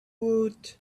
woot